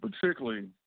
particularly